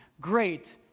great